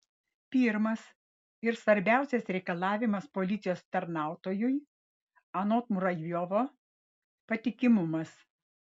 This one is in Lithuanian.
pirmas ir svarbiausias reikalavimas policijos tarnautojui anot muravjovo patikimumas